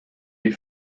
les